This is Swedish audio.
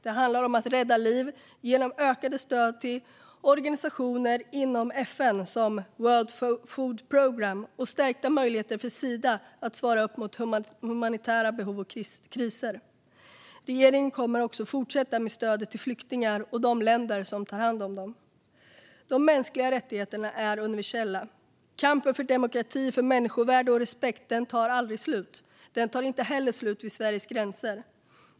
Det handlar om att rädda liv genom ökade stöd till organisationer inom FN som World Food Programme och stärkta möjligheter för Sida att svara upp mot humanitära behov och kriser. Regeringen kommer också att fortsätta med stödet till flyktingar och de länder som tar hand om dem. De mänskliga rättigheterna är universella. Kampen för demokrati, människovärde och respekt tar aldrig slut. Den tar inte heller slut vid Sveriges gränser.